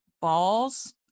balls